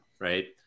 right